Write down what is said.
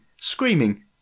Screaming